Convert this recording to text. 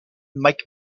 mike